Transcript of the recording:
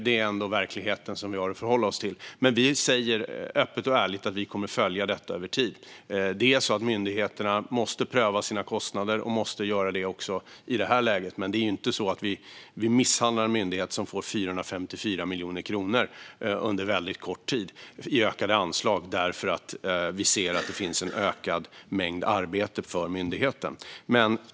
Det är ändå den verklighet som vi har att förhålla oss till. Men vi säger öppet och ärligt att vi kommer att följa detta över tid. Myndigheterna måste pröva sina kostnader, och de måste göra det också i detta läge. Men det är inte så att vi misshandlar en myndighet som får 454 miljoner kronor i ökade anslag under en mycket kort tid eftersom vi ser att det finns en ökad mängd arbete för myndigheten.